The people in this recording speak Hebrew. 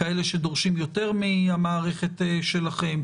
כאלה שדורשים יותר מהמערכת שלכם,